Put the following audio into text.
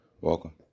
welcome